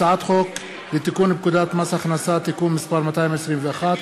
הצעת חוק לתיקון פקודת מס הכנסה (מס' 221),